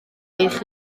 eich